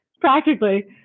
practically